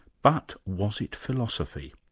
but, was it philosophy?